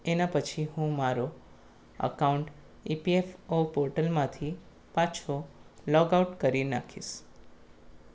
એના પછી હું મારો અકાઉન્ટ ઈપીએફ ઑ પોર્ટલમાંથી પાછો લૉગઆઉટ કરી નાખીશ